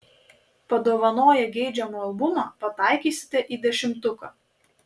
padovanoję geidžiamą albumą pataikysite į dešimtuką